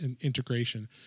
integration